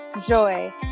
joy